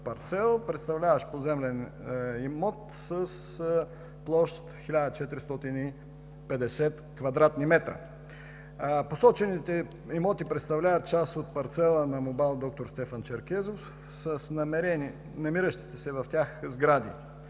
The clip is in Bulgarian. представляващ поземлен имот с площ 1450 кв. м. Посочените имоти представляват част от парцела на МОБАЛ „Д-р Стефан Черкезов” с намиращите се в тях сгради.